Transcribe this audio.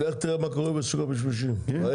לך תראה מה קורה בשוק הפשפשים בערב.